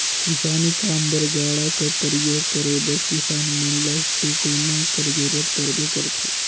किसानी काम बर गाड़ा कर परियोग करे बर किसान मन ल टेकोना कर जरूरत परबे करथे